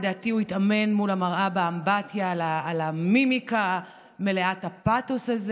לדעתי הוא התאמן מול המראה באמבטיה על המימיקה מלאת הפתוס הזה.